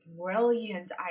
brilliant